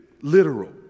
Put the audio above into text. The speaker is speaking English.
literal